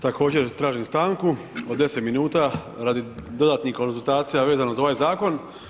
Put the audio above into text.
Također tražim stanku od 10 minuta radi dodatnih konzultacija vezano za ovaj zakon.